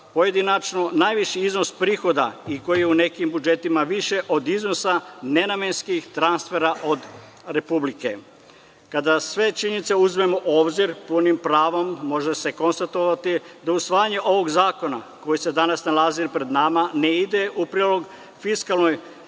pojedinačno najviši iznos prihoda i koji je u nekim budžetima više od iznosa nenamenskih transfera od Republike. Kada sve činjenice uzmemo u obzir, s punim pravom može se konstatovati da usvajanje ovog zakona koji se danas nalazi pred nama ne ide u prilog fiskalnoj